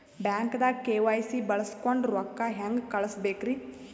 ಬ್ಯಾಂಕ್ದಾಗ ಕೆ.ವೈ.ಸಿ ಬಳಸ್ಕೊಂಡ್ ರೊಕ್ಕ ಹೆಂಗ್ ಕಳಸ್ ಬೇಕ್ರಿ?